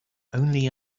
only